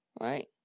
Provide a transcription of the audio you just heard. right